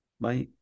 Bye